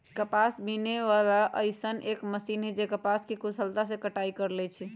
कपास बीने वाला अइसन एक मशीन है जे कपास के कुशलता से कटाई कर लेई छई